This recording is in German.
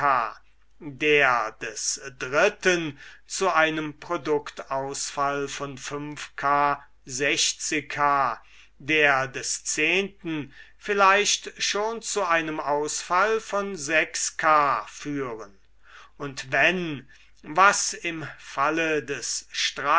der des dritten zu einem produktausfall von k h der des zehnten vielleicht schon zu einem ausfall von k führen und wenn was im falle des